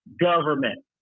government